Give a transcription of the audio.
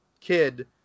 kid